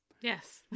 Yes